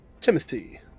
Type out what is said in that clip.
Timothy